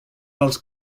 dels